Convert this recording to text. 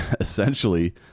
essentially